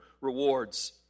rewards